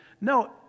No